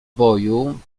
boju